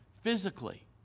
Physically